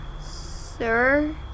Sir